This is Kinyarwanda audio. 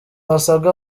basabwa